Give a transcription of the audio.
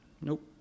Nope